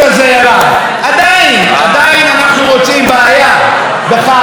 עדיין אנחנו מוצאים בעיה בכך שקיימת זיקה,